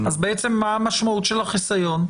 מה המשמעות של החיסיון?